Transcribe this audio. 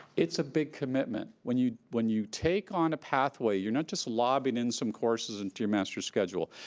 it's a big commitment. when you when you take on a pathway you're not just lobbing in some courses into your master schedule,